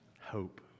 hope